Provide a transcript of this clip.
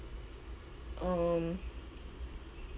um